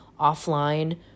offline